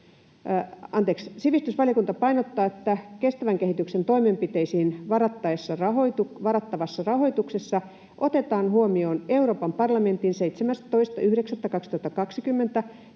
toteamme: ”Sivistysvaliokunta painottaa, että kestävän kehityksen toimenpiteisiin varattavassa rahoituksessa otetaan huomioon Euroopan parlamentin 17.9.2020